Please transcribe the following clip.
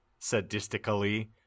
sadistically